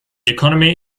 economy